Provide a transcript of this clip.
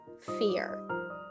fear